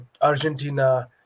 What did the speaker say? Argentina